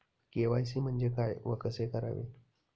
KYC म्हणजे काय व कसे करावे?